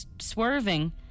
swerving